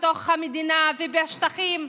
בתוך המדינה ובשטחים,